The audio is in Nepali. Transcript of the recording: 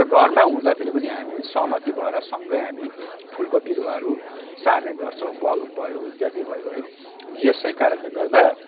र घरमा हुँदाखेरि पनि हामी सहमति भएर सँगै हामी फुलको बिरुवाहरू सार्ने गर्छौँ बल भयो इत्यादि भयो है यसै कारणले गर्दा